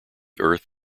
earth